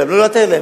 לא, אל תעיר להם.